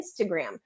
Instagram